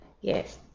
Yes